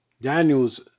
Daniels